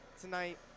tonight